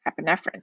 epinephrine